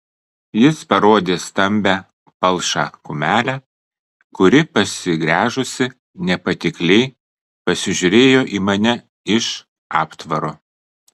jis parodė stambią palšą kumelę kuri pasigręžusi nepatikliai pasižiūrėjo į mane iš aptvaro